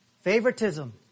Favoritism